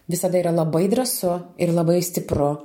visada yra labai drąsu ir labai stipru